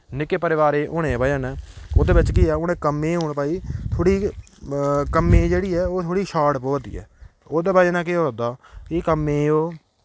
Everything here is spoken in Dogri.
निक्के परिवारे होने दी बजह न ओह्दे बिच्च केह् ऐ उ'नें कम्में हून भाई थोह्ड़ी कम्मै जेह्ड़ी ऐ ओह् थोह्ड़ी शार्ट पोआ दी ऐ ओह्दे बजह न केह् होआ दा कि कम्मै ओह्